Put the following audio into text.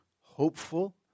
hopeful